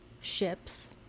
ships